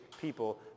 people